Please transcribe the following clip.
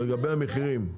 לגבי המחירים?